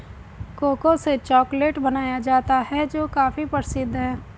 cocoa से chocolate बनाया जाता है जो काफी प्रसिद्ध है